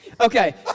Okay